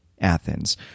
Athens